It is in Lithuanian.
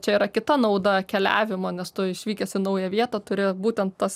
čia yra kita nauda keliavimo nes tu išvykęs į naują vietą turi būtent tas